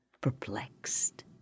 perplexed